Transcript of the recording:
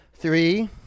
Three